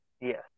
Yes